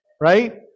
right